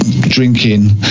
drinking